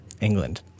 England